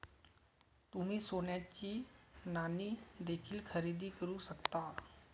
तुम्ही सोन्याची नाणी देखील खरेदी करू शकता